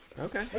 Okay